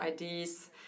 IDs